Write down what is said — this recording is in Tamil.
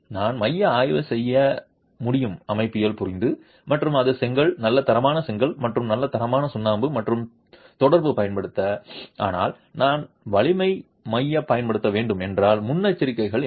நான் மைய ஆய்வு செய்ய முடியும் அமைப்பியல் புரிந்து மற்றும் அது செங்கல் நல்ல தரமான செங்கல் மற்றும் நல்ல தரமான சுண்ணாம்பு மற்றும் தொடர்பு பயன்படுத்த ஆனால் நான் வலிமை மைய பயன்படுத்த வேண்டும் என்றால் முன்னெச்சரிக்கைகள் என்ன